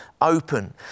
open